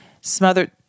smothered